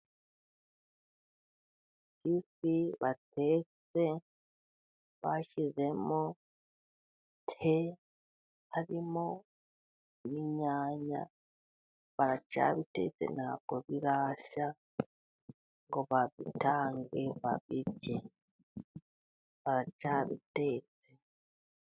Ifi batetse bashyizemo te ,harimo inyanya baracyabitetse ntabwo birashya ngo babitange babirye, baracyabitetse.